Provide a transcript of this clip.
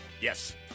yes